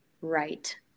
right